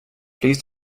please